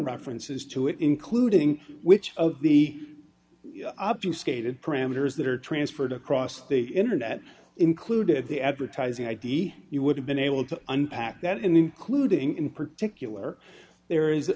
references to it including which of the you stated parameters that are transferred across the internet included the advertising id you would have been able to unpack that including in particular there is